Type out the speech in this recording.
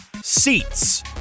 seats